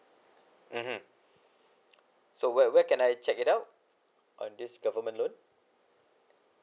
mmhmm so where where can I check it out on this government loan